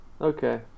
Okay